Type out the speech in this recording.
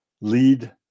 Lead